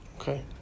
Okay